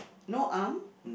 no arm